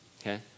okay